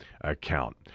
account